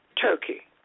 Turkey